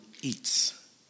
eats